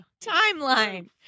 Timeline